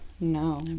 no